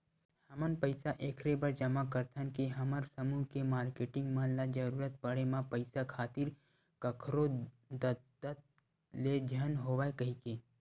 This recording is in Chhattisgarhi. हमन पइसा ऐखरे बर जमा करथन के हमर समूह के मारकेटिंग मन ल जरुरत पड़े म पइसा खातिर कखरो दतदत ले झन होवय कहिके